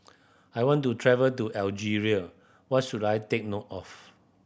I want to travel to Algeria what should I take note of